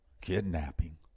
kidnapping